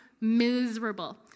miserable